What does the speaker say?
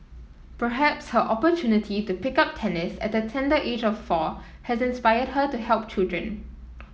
perhaps her opportunity to pick up tennis at the tender age of four has inspired her to help children